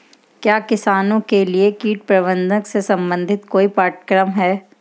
क्या किसानों के लिए कीट प्रबंधन से संबंधित कोई पाठ्यक्रम है?